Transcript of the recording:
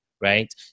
right